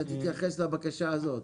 אתה תתייחס לבקשה הזאת.